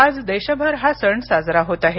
आज देशभर हा सण साजरा होत आहे